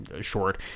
short